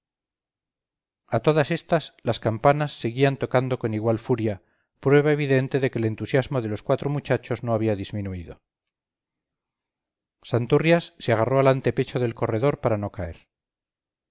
a todas estas las campanas seguían tocando con igual furia prueba evidente de que el entusiasmo de los cuatro muchachos no había disminuido santurrias se agarró al antepecho del corredor para no caer